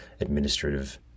administrative